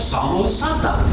Samosata